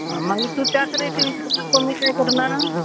आं मागीर तूं त्याच रेटीन दिता कमी कांय करना